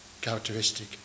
characteristic